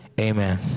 amen